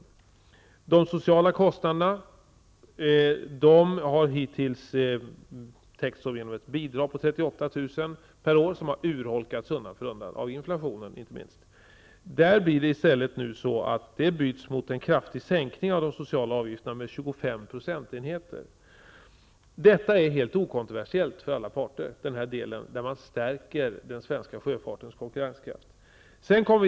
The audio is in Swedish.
Den andra delen handlar om de sociala kostnaderna, som hittills har täckts av ett bidrag på 38 000 kr. Detta bidrag har urholkats undan för undan, inte minst av inflationen. I stället blir det nu en kraftig sänkning av de sociala avgifterna med 25 procentenheter. Ändringen i denna del är helt okontroversiell för alla parter, och den bidrar till att man stärker den svenska sjöfartens konkurrenskraft.